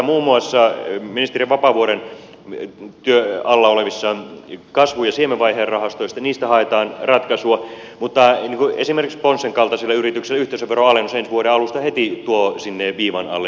muun muassa ministeri vapaavuoren työn alla olevista kasvu ja siemenvaiheen rahastoista haetaan ratkaisua mutta esimerkiksi ponssen kaltaisille yrityksille yhteisöveron alennus ensi vuoden alusta tuo heti sinne viivan alle lisää